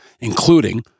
including